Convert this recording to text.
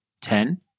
Ten